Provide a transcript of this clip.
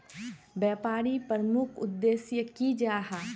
व्यापारी प्रमुख उद्देश्य की जाहा?